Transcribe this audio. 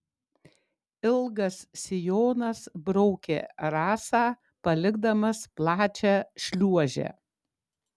ilgas sijonas braukė rasą palikdamas plačią šliuožę